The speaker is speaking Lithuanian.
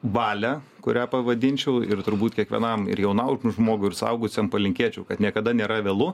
valią kurią pavadinčiau ir turbūt kiekvienam ir jaunau žmogui ir suaugusiem palinkėčiau kad niekada nėra vėlu